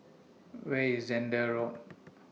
Where IS Zehnder Road